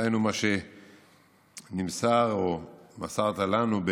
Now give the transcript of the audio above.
דהיינו, מה שנמסר, או שמסרת לנו,